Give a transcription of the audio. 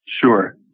sure